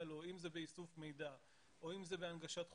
לו אם זה באיסוף מידע או אם זה בהנגשת חוקים,